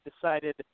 decided